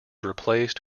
replaced